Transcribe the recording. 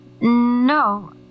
No